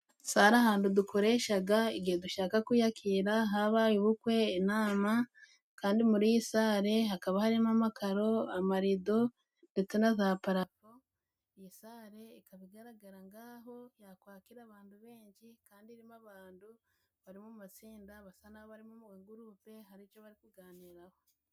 Sale, ahantu dukoreshaga igihe dushaka kwiyakira habaye ubukwe, inama kandi muri iyi salle hakaba harimo amakaro, amarido, ndetse na za parafo. Iyi sale ikaba igaragara ngaho yakwakira abantu benji, kandi irimo abandu bari mu matsinda basa n'aho bari mu magurupe hari icyo bari kuganiraho.